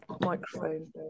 microphone